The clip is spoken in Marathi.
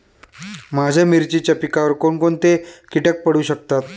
माझ्या मिरचीच्या पिकावर कोण कोणते कीटक पडू शकतात?